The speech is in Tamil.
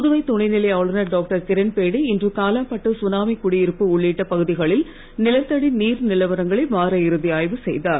புதுவை துணைநிலை ஆளுநர் டாக்டர் கிரண்பேடி இன்று காலாபட்டு சுனாமி குடியிருப்பு உள்ளிட்ட இடங்களில் நிலத்தடி நீர் நிலவரைங்களை வார இறுதி ஆய்வு செய்தார்